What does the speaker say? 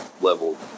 level